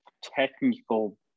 technical